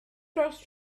dros